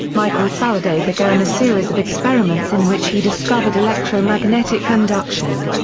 michael faraday began a series of experiments in which he discovered electromagnetic induction.